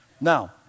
Now